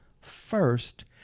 first